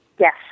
Yes